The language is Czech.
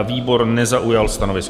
Výbor nezaujal stanovisko.